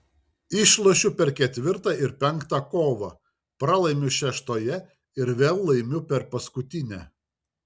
išlošiu per ketvirtą ir penktą kovą pralaimiu šeštoje ir vėl laimiu per paskutinę